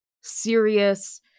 serious